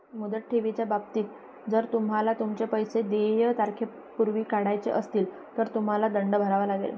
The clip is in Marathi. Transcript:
मुदत ठेवीच्या बाबतीत, जर तुम्हाला तुमचे पैसे देय तारखेपूर्वी काढायचे असतील, तर तुम्हाला दंड भरावा लागेल